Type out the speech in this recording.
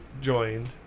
joined